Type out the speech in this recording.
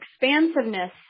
Expansiveness